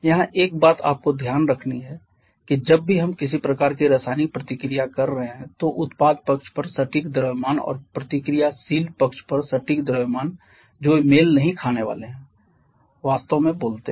यहाँ एक बात आपको ध्यान रखनी है कि जब भी हम किसी प्रकार की रासायनिक प्रतिक्रिया कर रहे हैं तो उत्पाद पक्ष पर सटीक द्रव्यमान और प्रतिक्रियाशील पक्ष पर सटीक द्रव्यमान जो वे मेल नहीं खाने वाले हैं वास्तव में बोल रहे हैं